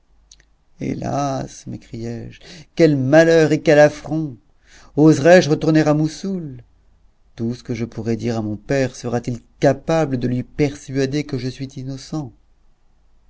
hélas m'écriai-je quel malheur et quel affront oserai-je retourner à moussoul tout ce que je pourrai dire à mon père serat il capable de lui persuader que je suis innocent